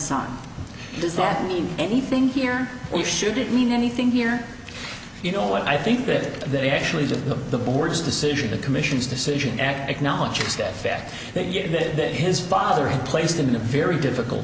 does that mean anything here we shouldn't mean anything here you know what i think that they actually to the board's decision the commission's decision acknowledges that fact they get that his father had placed him in a very difficult